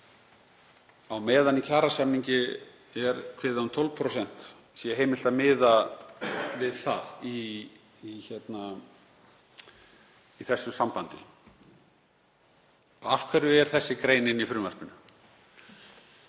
á meðan í kjarasamningi er kveðið á um 12% sé heimilt að miða við það í þessu sambandi. Af hverju er þessi grein í frumvarpinu?